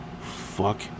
Fuck